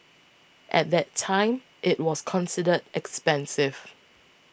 at that time it was considered expensive